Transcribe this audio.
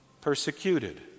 persecuted